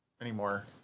anymore